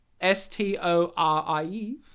S-T-O-R-I-E